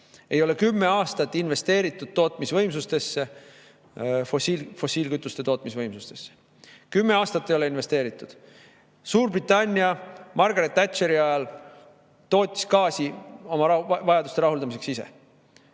ei ole investeeritud tootmisvõimsustesse, fossiilkütuste tootmisvõimsustesse. Kümme aastat ei ole investeeritud. Suurbritannia tootis Margaret Thatcheri ajal gaasi oma vajaduste rahuldamiseks ise